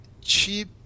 cheap